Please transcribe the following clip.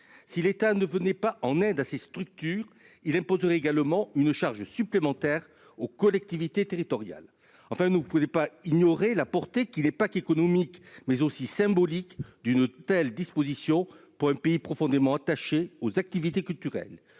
Si l'État ne venait pas en aide à ces structures, il imposerait également une charge supplémentaire aux collectivités territoriales. Enfin, vous ne pouvez ignorer la portée non seulement économique, mais aussi symbolique d'une telle disposition pour un pays profondément attaché aux activités culturelles.